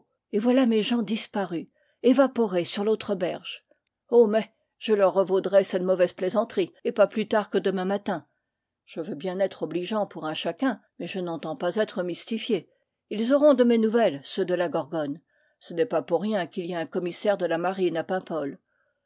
et voilà mes gens disparus évaporés sur l'autre berge oh mais je leur revaudrai cette mau vaise plaisanterie et pas plus tard que demain matin je veux bien être obligeant pour un chacun mais je n'entends pas être mystifié ils auront de mes nouvelles ceux de la gorgone ce n'est pas pour rien qu'il y a un commissaire de la marine à